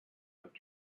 have